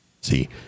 See